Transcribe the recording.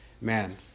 man